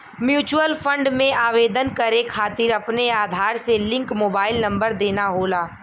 mutual fund में आवेदन करे खातिर अपने आधार से लिंक मोबाइल नंबर देना होला